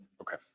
Okay